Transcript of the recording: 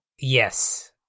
yes